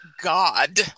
God